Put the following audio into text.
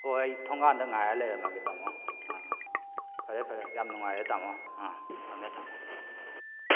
ꯍꯣꯏ ꯑꯩ ꯊꯣꯡꯒꯥꯟꯗ ꯉꯥꯏꯔ ꯂꯩꯔꯝꯃꯒꯦ ꯇꯥꯃꯣ ꯑ ꯐꯔꯦ ꯐꯔꯦ ꯌꯥꯝ ꯅꯨꯉꯥꯏꯔꯦ ꯇꯥꯃꯣ ꯑ ꯊꯝꯃꯦ ꯊꯝꯃꯦ